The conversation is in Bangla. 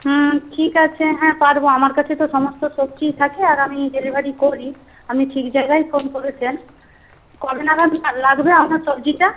হুম ঠিক আছে হ্যাঁ পারব আমার কাছে তো সমস্ত সবজিই থাকে আর আমি ডেলিভারি করি আপনি ঠিক জায়গায় ফোন করেছেন কবে নাগাদ লাগবে আপনার সবজিটা